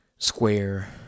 Square